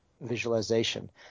visualization